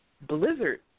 blizzard